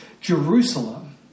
Jerusalem